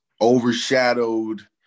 overshadowed